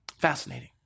Fascinating